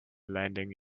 landing